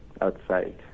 outside